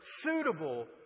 suitable